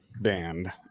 band